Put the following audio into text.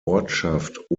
ortschaft